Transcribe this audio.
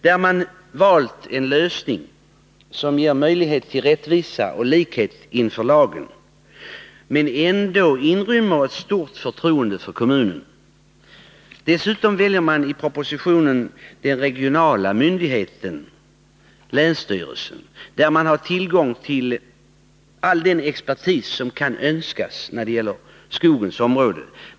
Man har där valt en lösning som ger möjlighet till rättvisa och likhet inför lagen men ändå inrymmer ett stort förtroende för kommunen. Dessutom väljer man i propositionen den regionala myndigheten, länsstyrelsen, som har tillgång till all den expertis som kan önskas när det gäller skogens område.